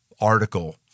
article